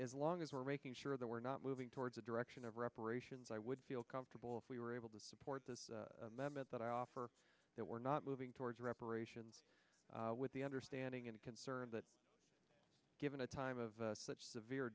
as long as we're making sure that we're not moving towards the direction of reparations i would feel comfortable if we were able to support the member that i offer that we're not moving towards reparations with the understanding and concern that given a time of such severe